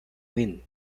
win